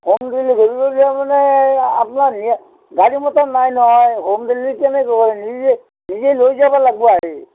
home ডেলিভেৰীও তাৰমানে আপোনাৰ গাড়ী মটৰ নাই নহয় হোম ডেলিভাৰী কেনেকৈ কৰিম নিজে নিজে লৈ যাব লাগিব আহি